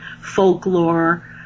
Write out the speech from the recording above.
folklore